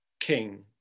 king